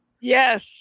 Yes